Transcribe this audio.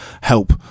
help